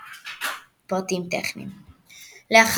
בעידודו של נשיא ארצות הברית דאז דונלד טראמפ.